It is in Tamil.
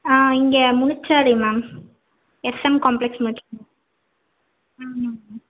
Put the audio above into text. ஆ இங்கே Munichalai ma'am S M complex ஆமாம் மேம்